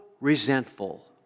resentful